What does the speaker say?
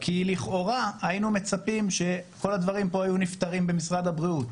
כי לכאורה היינו מצפים שכל הדברים פה היו נפתרים במשרד הבריאות,